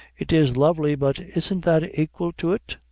it is lovely but isn't that aquil to it?